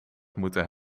moeten